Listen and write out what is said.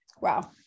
Wow